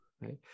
right